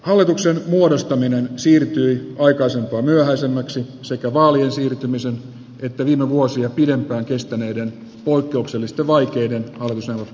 hallituksen muodostaminen siirtyy aikaisempaa myöhäisemmäksi sekä vaalien siirtämiselle että viime vuosina pidempään kestäneiden kudoksellista vaikeiden hallussa